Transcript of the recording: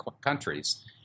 countries